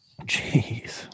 Jeez